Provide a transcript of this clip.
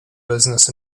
business